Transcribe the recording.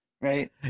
right